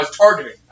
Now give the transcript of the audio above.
targeting